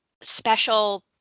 special